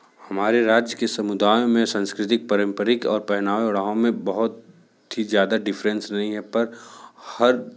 हमारे राज्य के समुदायों में सांस्कृतिक पारंपरिक और पहनावे ओढावों में बहुत ही ज़्यादा डिफ़रेंस नहीं है पर हर